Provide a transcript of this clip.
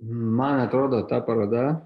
man atrodo ta paroda